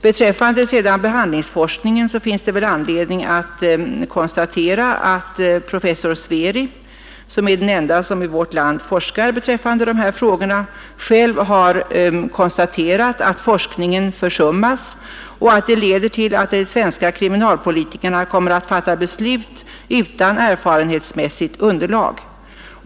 Beträffande behandlingsforskningen finns det anledning konstatera att professor Sveri, som är den ende som i vårt land forskar beträffande dessa frågor, själv har konstaterat att forskningen försummas och att det leder till att de svenska kriminalpolitikerna kommer att fatta beslut utan erfarenhetsmässigt underlag.